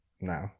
no